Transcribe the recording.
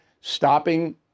stopping